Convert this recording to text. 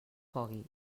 cogui